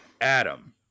adam